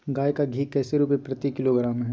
गाय का घी कैसे रुपए प्रति किलोग्राम है?